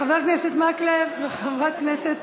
חבר הכנסת מקלב וחברת הכנסת